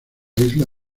isla